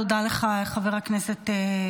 תודה לך, חבר הכנסת ואטורי.